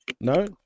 no